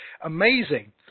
Amazing